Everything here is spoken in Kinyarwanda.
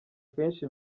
kenshi